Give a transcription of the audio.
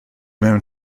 mewn